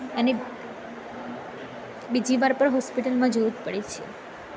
અને બીજી વાર પણ હોસ્પિટલમાં જવું જ પડે છે